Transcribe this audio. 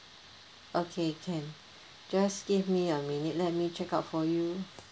okay can just give me a minute let me check out for you